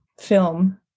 film